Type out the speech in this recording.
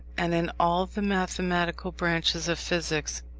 and in all the mathematical branches of physics,